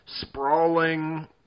Sprawling